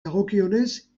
dagokienez